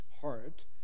heart